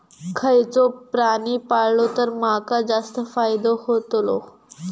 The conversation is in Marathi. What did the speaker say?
खयचो प्राणी पाळलो तर माका जास्त फायदो होतोलो?